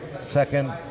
second